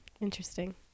Interesting